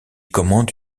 commande